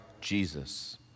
Jesus